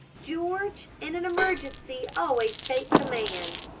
george, in an emergency always take command.